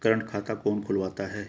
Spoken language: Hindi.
करंट खाता कौन खुलवाता है?